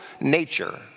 nature